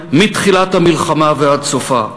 מתחילת המלחמה ועד סופה.